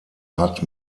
hat